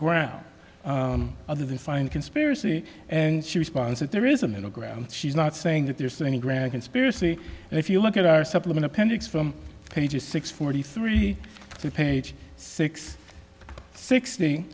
ground other than find conspiracy and she responds that there is a middle ground she's not saying that there's any grand conspiracy and if you look at our supplement appendix from pages six forty three through page six sixty